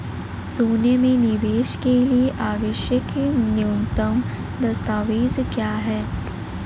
सोने में निवेश के लिए आवश्यक न्यूनतम दस्तावेज़ क्या हैं?